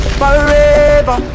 forever